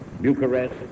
Bucharest